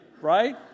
right